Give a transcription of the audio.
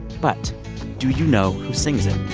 but do you know who sings it?